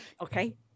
Okay